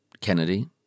Kennedy